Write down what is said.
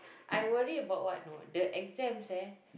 I worry about what you know the exams eh